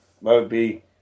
Moby